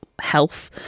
health